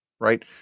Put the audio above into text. right